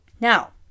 Now